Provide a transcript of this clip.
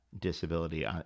disability